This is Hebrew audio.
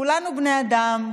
כולנו בני אדם,